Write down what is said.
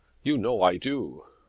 you know i do.